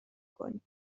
کنیم